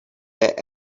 that